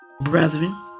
brethren